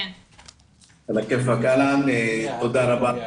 תודה רבה.